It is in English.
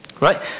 Right